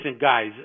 guys